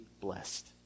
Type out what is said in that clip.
blessed